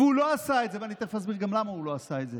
הוא לא עשה את זה,